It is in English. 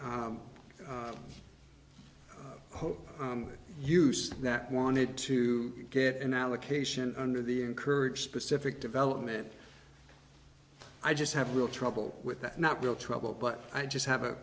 hope used that wanted to get an allocation under the encourage specific development i just have real trouble with that not real trouble but i just have